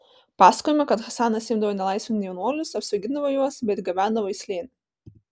pasakojama kad hasanas imdavo nelaisvėn jaunuolius apsvaigindavo juos bei atgabendavo į slėnį